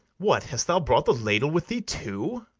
what, hast thou brought the ladle with thee too?